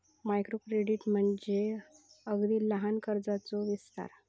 micro credit म्हणजे अगदी लहान कर्जाचो विस्तार